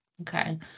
okay